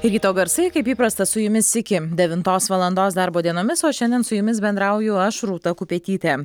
ryto garsai kaip įprasta su jumis iki devintos valandos darbo dienomis o šiandien su jumis bendrauju aš rūta kupetytė